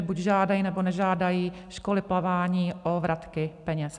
Buď žádají, nebo nežádají školy plavání o vratky peněz.